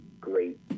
great